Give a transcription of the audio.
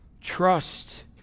Trust